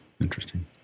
Interesting